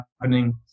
happening